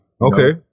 okay